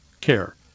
care